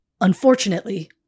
Unfortunately